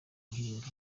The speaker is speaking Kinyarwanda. bahinga